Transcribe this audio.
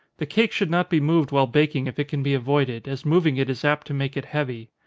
the cake should not be moved while baking if it can be avoided, as moving it is apt to make it heavy.